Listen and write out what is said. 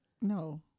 No